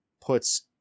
puts